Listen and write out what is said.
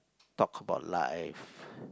talk about life